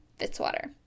Fitzwater